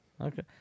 Okay